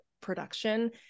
production